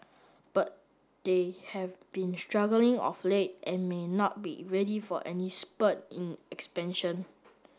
but they have been struggling of late and may not be ready for any spurt in expansion